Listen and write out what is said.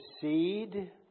seed